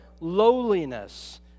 lowliness